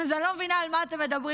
אז אני לא מבינה על מה אתם מדברים,